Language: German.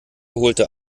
holte